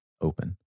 open